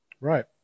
Right